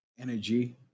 energy